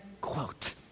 quote